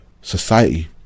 society